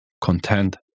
content